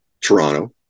Toronto